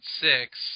six